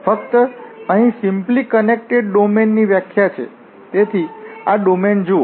ફક્ત અહીં simply connected ડોમેનની વ્યાખ્યા છે તેથી આ ડોમેન જુઓ